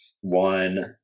one